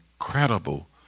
incredible